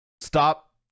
Stop